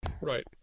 Right